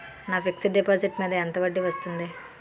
నా fixed deposit మీద ఎంత వడ్డీ వస్తుంది?